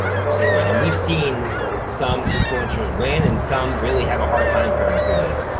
absolutely, and we've seen some influencers win and some really have a hard time fairing through this.